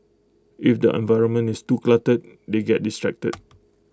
if the environment is too cluttered they get distracted